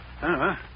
-huh